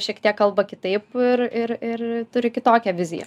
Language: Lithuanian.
šiek tiek kalba kitaip ir ir ir turi kitokią viziją